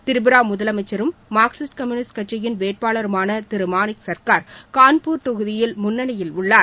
திரிபுரா முதலமைச்சரும் Marxist communist கட்சியின் வேட்பாளருமான திரு மாணிக் சர்க்கார் கான்பூர் தொகுதியில் முன்னணியில் உள்ளார்